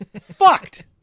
Fucked